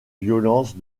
violences